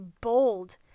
bold